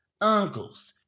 uncles